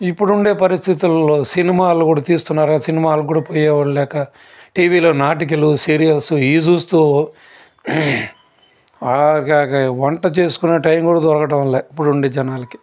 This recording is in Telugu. ఇప్పుడుండే పరిస్థితుల్లో సినిమాలు కూడా తీస్తున్నారు సినిమాలకు కూడా పోయే వాళ్ళు లేక టీవీలో నాటికలు సీరియల్స్ ఇవి చూస్తూ ఆఖరికి వంట చేసుకునే టైం కూడా దొరకడం లేదు ఇప్పుడున్న జనాలకి